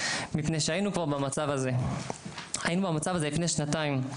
מפני שהיינו במצב הזה לפני שנתיים,